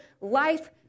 life